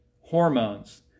hormones